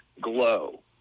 glow